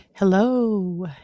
Hello